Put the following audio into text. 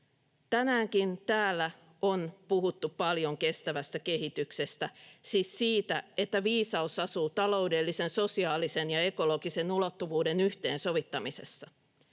Tänäänkin täällä on puhuttu paljon kestävästä kehityksestä, siis siitä, että viisaus asuu taloudellisen, sosiaalisen ja ekologisen ulottuvuuden yhteensovittamisessa.